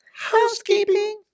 housekeeping